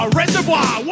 reservoir